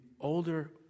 older